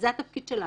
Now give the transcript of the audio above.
אז זה התפקיד שלנו,